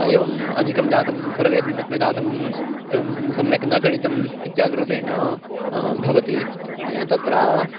एवम् अधिकं जातं सर्वे सम्यक् न जातम् एवं सम्यक् न गणितम् इत्यादि रूपेण भवति तत्र